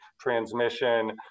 transmission